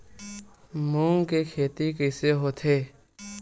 मूंग के खेती कइसे होथे?